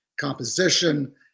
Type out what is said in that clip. composition